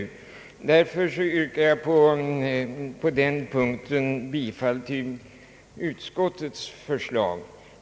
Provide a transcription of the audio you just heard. Därför yrkar jag på denna punkt bifall till utskottets förslag.